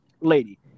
lady